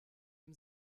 dem